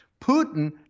Putin